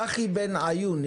צחי בן עיון,